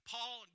Paul